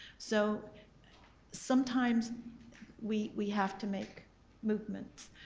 so sometimes we we have to make movements.